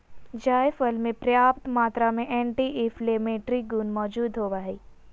जायफल मे प्रयाप्त मात्रा में एंटी इंफ्लेमेट्री गुण मौजूद होवई हई